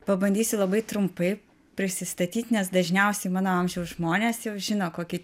pabandysiu labai trumpai prisistatyt nes dažniausiai mano amžiaus žmonės jau žino kokį